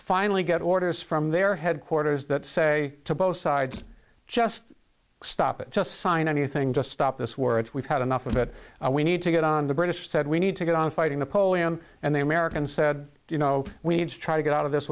finally get orders from their headquarters that say to both sides just stop it just sign anything to stop this war it's we've had enough of it we need to get on the british said we need to get on fighting the poem and the americans said you know we need to try to get out of this